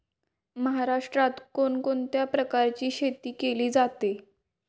महाराष्ट्रात कोण कोणत्या प्रकारची शेती केली जाते?